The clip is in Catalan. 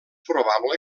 probable